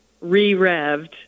re-revved